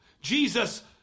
Jesus